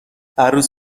عروس